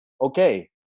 okay